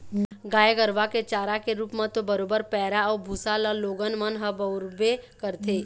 गाय गरुवा के चारा के रुप म तो बरोबर पैरा अउ भुसा ल लोगन मन ह बउरबे करथे